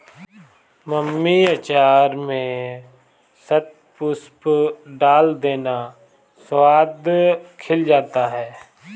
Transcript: mummy अचार में शतपुष्प डाल देना, स्वाद खुल जाता है